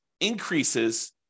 increases